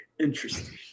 Interesting